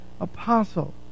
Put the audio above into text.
apostle